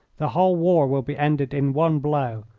the whole war will be ended in one blow.